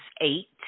eight